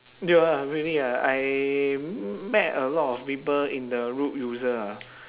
ya really ah I m~ met a lot of people in the road user ah